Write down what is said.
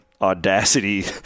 Audacity